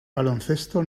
baloncesto